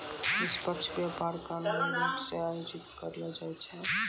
निष्पक्ष व्यापार कानूनी रूप से आयोजित करलो जाय छै